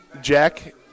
Jack